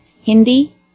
Hindi